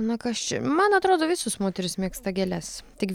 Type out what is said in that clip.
na kas čia man atrodo visos moterys mėgsta gėles tik